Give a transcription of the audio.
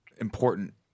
important